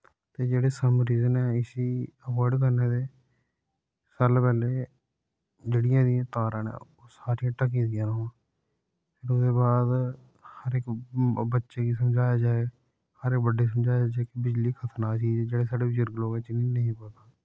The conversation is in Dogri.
ते जेह्ड़े सम रीजन इस्सी अवायड करने दे सारे कोला पैह्ले जेह्ड़ियां एह्दियां तारां न ओह् सारियां ढक्की दियां रौह्न हून फिर ओह्दे बाद हर इक बच्चे गी समझाया जाए सारे बड्डे गी समजाया जाए कि बिजली खतरनाक चीज ऐ जेह्ड़े साढ़े बजुर्ग लोक बिच नेईं